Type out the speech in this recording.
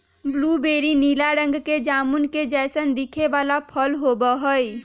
blueberry नीला रंग के जामुन के जैसन दिखे वाला फल होबा हई